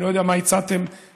אני לא יודע מה הצעתם בהצעתכם,